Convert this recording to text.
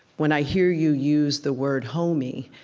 when i hear you use the word homie,